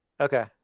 Okay